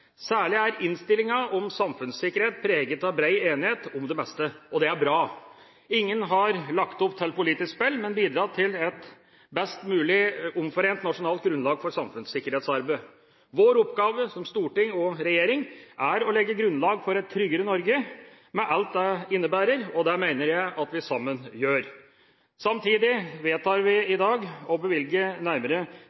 Særlig er innstillingen om samfunnssikkerhet preget av bred enighet om det meste. Det er bra. Ingen har lagt opp til politisk spill, men bidratt til et mest mulig omforent nasjonalt grunnlag for samfunnssikkerhetsarbeidet. Vår oppgave, som storting og regjering, er å legge grunnlag for et enda tryggere Norge, med alt det innebærer, og det mener jeg at vi sammen gjør. Samtidig vedtar vi